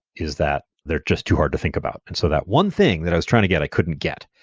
is that they're just too hard to think about. and so that one thing that i was trying to get, i couldn't get.